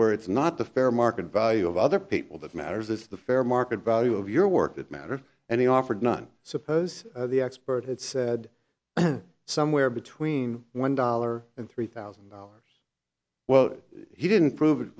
where it's not the fair market value of other people that matters is the fair market value of your work that matter and he offered none suppose the expert had said somewhere between one dollar and three thousand dollars well he didn't prove it